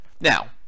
Now